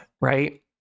right